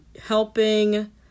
helping